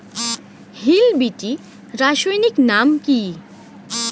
Hill বিটি রাসায়নিক নাম কি?